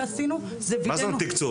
מה זאת אומרת תקצוב?